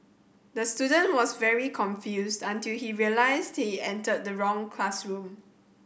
the student was very confused until he realised he entered the wrong classroom